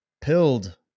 Pilled